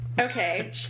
Okay